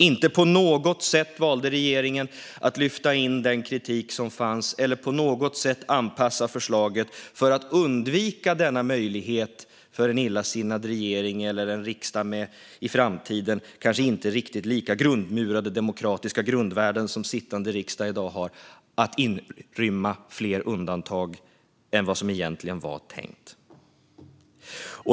Inte på något sätt valde regeringen att lyfta in den kritik som fanns eller på något sätt anpassa förslaget för att undvika denna möjlighet för en illasinnad regering, eller en riksdag med i framtiden kanske inte riktigt lika grundmurade demokratiska grundvärden som dagens sittande riksdag, att inrymma fler undantag än vad som egentligen var tänkt.